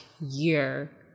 year